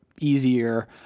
easier